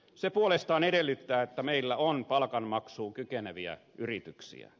se puolestaan edellyttää että meillä on palkanmaksuun kykeneviä yrityksiä